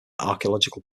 archaeological